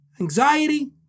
Anxiety